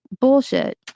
Bullshit